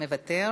מוותר.